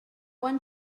one